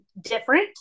different